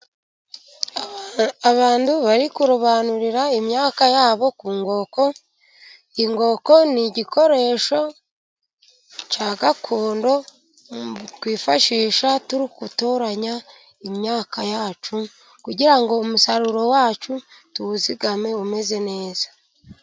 Abantu bari kurobanurira imyaka yabo ku nkoko, inkoko ni igikoresho cya gakondo twifashisha turigutoranya imyaka yacu, kugira ngo umusaruro wacu tuwuzigame umeze neza.